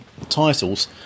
titles